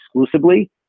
exclusively